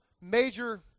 major